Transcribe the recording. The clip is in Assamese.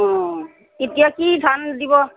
অঁ এতিয়া কি ধান দিব